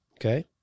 okay